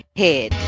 head